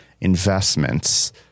investments